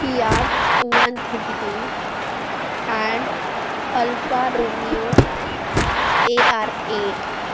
Fiat one thirty two and Alfa romeo A R eight